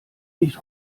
nicht